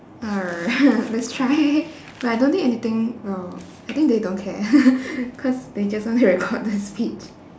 err let's try but I don't think anything will I think they don't care because they just want to record the speech